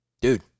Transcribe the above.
Dude